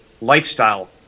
lifestyle